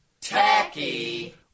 Tacky